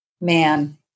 man